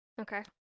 Okay